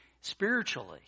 Spiritually